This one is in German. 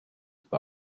war